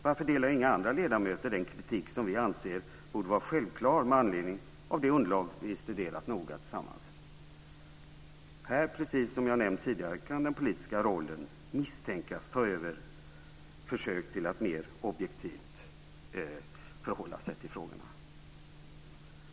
Varför delar inga andra ledamöter den kritik som vi anser borde vara självklar med anledning av det underlag vi studerat noga tillsammans? Här, precis som jag nämnt tidigare, kan den politiska rollen misstänkas ta över försök till att förhålla sig mer objektivt till frågorna.